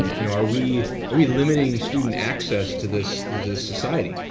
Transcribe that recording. you know, are we are we limiting student access to this society?